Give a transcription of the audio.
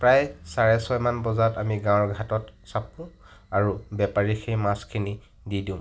প্ৰায় চাৰে ছয়মান বজাত আমি গাঁৱৰ ঘাটত চাপো আৰু বেপাৰীক সেই মাছখিনি দি দিওঁ